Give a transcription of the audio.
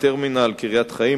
טרמינל קריית-חיים,